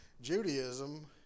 Judaism